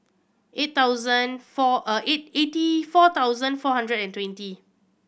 eight thousand eight eighty four thousand four hundred and twenty